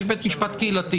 יש בית משפט קהילתי,